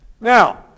Now